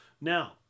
Now